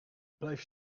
blijf